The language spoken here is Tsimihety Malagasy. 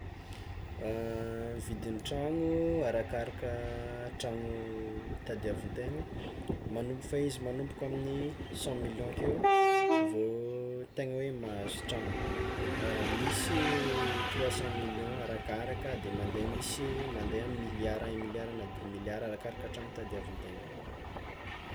Vidin'ny tragno, arakaraka tragno tadiavintegna magno- fe izy magnomboko amin'ny cent million akeo vao tegna hoe mahazo tragno, misy trois cent million arakaraka de mande misy mandeha amin'ny milliard un milliard na deux milliard arakaraka tragno tadiavintegna.